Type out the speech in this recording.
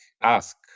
ask